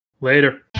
Later